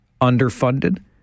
underfunded